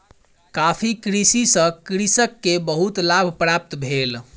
coffee कृषि सॅ कृषक के बहुत लाभ प्राप्त भेल